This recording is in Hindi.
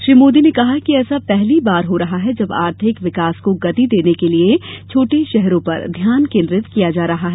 श्री मोदी ने कहा कि ऐसा पहली बार हो रहा है जब आर्थिक विकास को गति देने के लिए छोटे शहरों पर ध्यान केन्द्रित किया जा रहा है